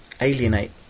alienate